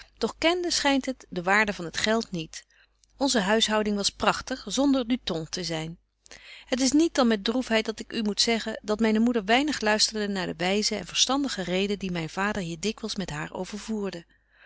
doch kende schynt het de waarde van het geld niet onze huishouding was pragtig zonder du ton te zyn het is niet dan met droefheid dat ik u moet zeggen dat myne moeder weinig luisterde naar de wyze en verstandige reden die myn vader hier dikwyls met haar